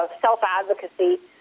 self-advocacy